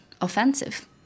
offensive